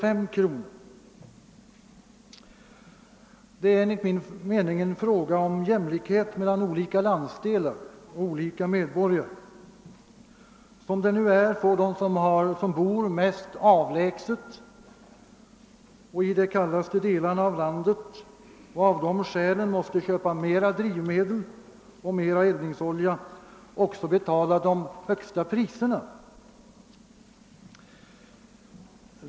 Det är enligt min mening en fråga om jämlikhet mellan olika landsdelar och olika medborgare. Som det nu är får de som bor mest avlägset och i de kallaste delarna av landet och alltså måste köpa mera drivmedel och mera eldningsolja också betala de högsta priserna.